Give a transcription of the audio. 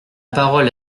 parole